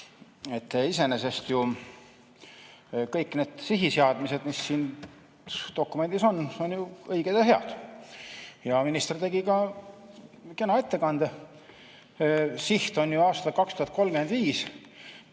Iseenesest ju kõik need sihiseadmised, mis siin dokumendis on, on õiged ja head. Minister tegi ka kena ettekande. Siht on ju aasta 2035.